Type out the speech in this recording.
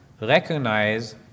recognize